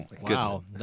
Wow